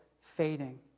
fading